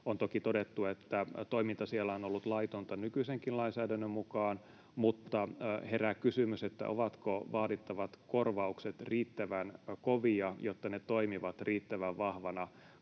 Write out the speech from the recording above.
on toki todettu, että toiminta siellä on ollut laitonta nykyisenkin lainsäädännön mukaan, mutta herää kysymys, ovatko vaadittavat korvaukset riittävän kovia, jotta ne toimivat riittävän vahvana